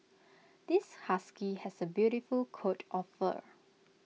this husky has A beautiful coat of fur